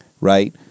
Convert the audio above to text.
Right